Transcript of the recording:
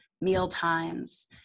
mealtimes